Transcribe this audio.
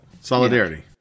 Solidarity